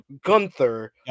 Gunther